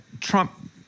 Trump